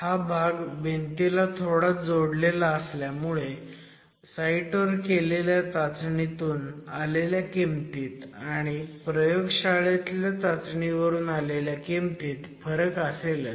हा भाग भिंतीला थोडा जोडलेला असल्यामुळे साईटवर केलेल्या चाचणीतून आलेल्या किमतीत आणि प्रयोगशाळेतल्या चाचणीवरून आलेल्या किमतीत फरक असेलच